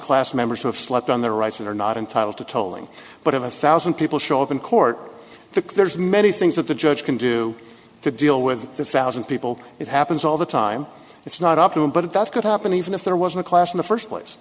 class members of slept on their rights that are not entitled to tolling but of a thousand people show up in court to there's many things that the judge can do to deal with the thousand people it happens all the time it's not up to them but that could happen even if there wasn't a class in the first place